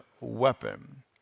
weapon